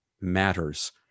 matters